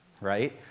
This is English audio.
right